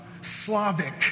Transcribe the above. Slavic